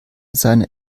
seiner